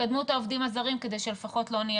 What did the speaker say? תקדמו את העובדים הזרים כדי שלפחות לא נהיה